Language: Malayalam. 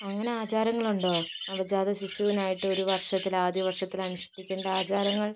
അങ്ങനെ ആചാരങ്ങളുണ്ടോ നവജാത ശിശുവിനായിട്ട് ഒരു വർഷത്തിൽ ആദ്യ വർഷത്തിൽ അനുഷ്ഠിക്കേണ്ട ആചാരങ്ങൾ